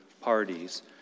parties